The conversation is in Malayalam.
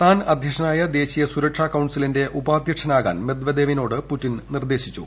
താൻ അധ്യക്ഷനായ ദേശീയ സുരക്ഷാ കൌൺസിലിന്റെ ഉപാധ്യക്ഷനാകാൻ മെദ്വദേവിനോട് പുടിൻ നിർദ്ദേശിച്ചു